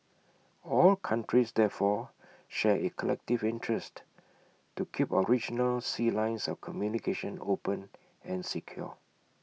all countries therefore share A collective interest to keep our regional sea lines of communication open and secure